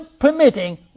permitting